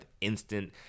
instant